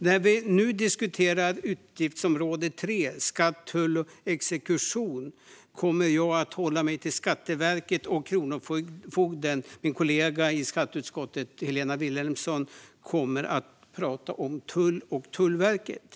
När vi nu diskuterar utgiftsområde 3 om skatt, tull och exekution kommer jag att hålla mig till att tala om Skatteverket och Kronofogden. Min kollega i skatteutskottet, Helena Vilhelmsson, kommer att tala om tull och Tullverket.